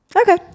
okay